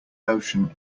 notion